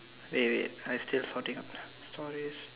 wait wait I still sorting out sorry